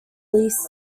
least